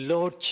Lord